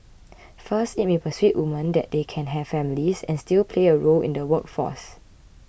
first it may persuade women that they can have families and still play a role in the workforce